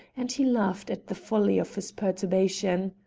and he laughed at the folly of his perturbation.